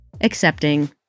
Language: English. accepting